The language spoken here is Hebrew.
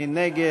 מי נגד?